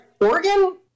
Oregon